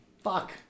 Fuck